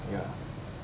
ya